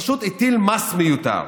פשוט הטיל מס מיותר.